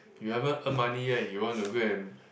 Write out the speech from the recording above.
you haven't earn money yet you want to go and